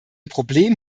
problem